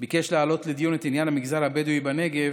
ביקש להעלות לדיון את עניין המגזר הבדואי בנגב,